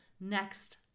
next